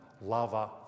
lover